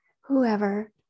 whoever